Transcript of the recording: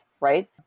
right